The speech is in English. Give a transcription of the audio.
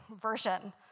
version